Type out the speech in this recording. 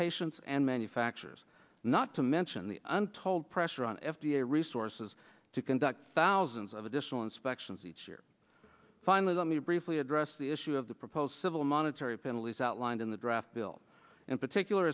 patients and manufacturers not to mention the untold pressure on f d a resources to conduct thousands of additional inspections each year finally let me briefly address the issue of the proposed civil monetary penalties outlined in the draft bill in particular